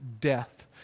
death